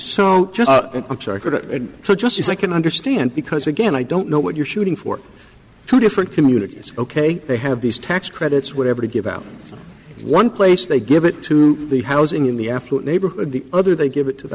that just as i can understand because again i don't know what you're shooting for two different communities ok they have these tax credits whatever to give out one place they give it to the housing in the affluent neighborhood the other they give it to the